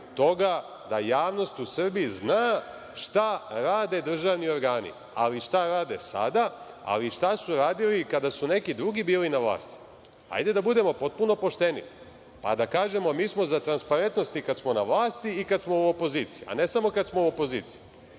toga da javnost u Srbiji zna šta rade državni organi, ali šta rade sada, ali i šta su radili kada su neki drugi bili na vlasti. Hajde da budemo potpuno pošteni, pa da kažemo – mi smo za transparentnost i kada smo na vlasti i kada smo u opoziciji, a ne samo kada smo u opoziciji. Sada